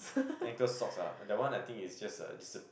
ankle socks ah that one I think is just a is a